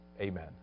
Amen